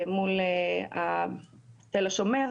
מול תל השומר.